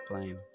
blame